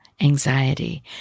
anxiety